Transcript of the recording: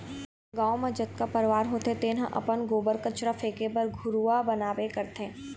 गाँव म जतका परवार होथे तेन ह अपन गोबर, कचरा फेके बर घुरूवा बनाबे करथे